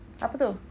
apa tu